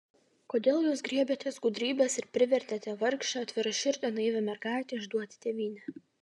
kodėl jūs griebėtės gudrybės ir privertėte vargšę atviraširdę naivią mergaitę išduoti tėvynę